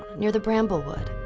near the bramblewood.